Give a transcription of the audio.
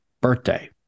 birthday